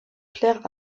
clair